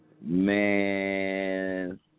Man